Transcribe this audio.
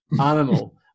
animal